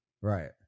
Right